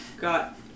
...got